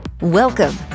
Welcome